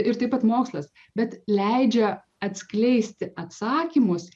ir taip pat mokslas bet leidžia atskleisti atsakymus